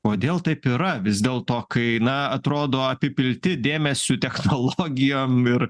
kodėl taip yra vis dėlto kai na atrodo apipilti dėmesiu technologijom ir